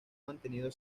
mantenido